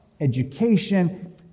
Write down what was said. education